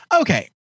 okay